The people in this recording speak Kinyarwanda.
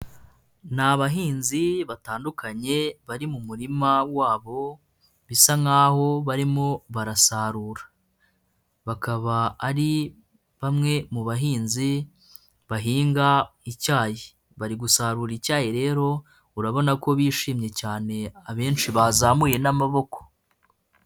Niabahinzi batandukanye bari mu murima wabo, bisa nkaho barimo barasarura. Bakaba ari bamwe mu bahinzi bahinga icyayi. Bari gusarura icyayi rero urabona ko bishimye cyane, abenshi bazamuye n'amaboko.